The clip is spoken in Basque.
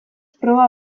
proba